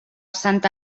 santa